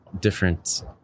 different